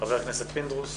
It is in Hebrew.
ח"כ פינדרוס?